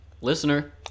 Listener